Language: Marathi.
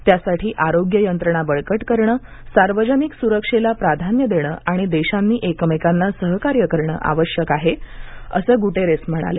त्यासाठी आरोग्य यंत्रणा बळकट करणं सार्वजनिक सुरक्षेला प्राधान्य देणं आणि देशांनी एकमेकांना सहकार्य करणं आवश्यक आहे असं गुटेरेस म्हणाले